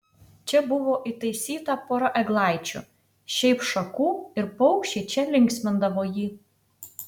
čia buvo įtaisyta pora eglaičių šiaip šakų ir paukščiai čia linksmindavo jį